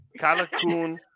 Calicoon